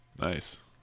Nice